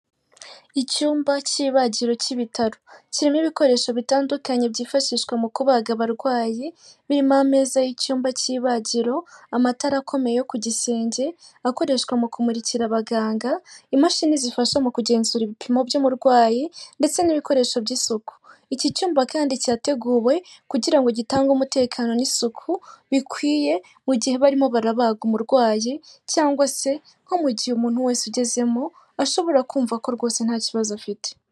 Icyumba cy'ibagiro cy'ibitaro. Kirimo ibikoresho bitandukanye byifashishwa mu kubaga abarwayi, birimo ameza y'icyumba cy'ibagiro, amatara akomeye yo ku gisenge, akoreshwa mu kumurikira abaganga, imashini zifasha mu kugenzura ibipimo by'umurwayi ndetse n'ibikoresho by'isuku. Iki cyumba kandi cyateguwe kugira ngo gitange umutekano n'isuku bikwiye, mu gihe barimo barabaga umurwayi cyangwa se nko mu gihe umuntu wese ugezemo, ashobora kumva ko rwose nta kibazo afite.